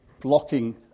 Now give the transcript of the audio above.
blocking